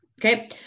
Okay